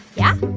yeah? ah,